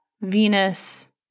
Venus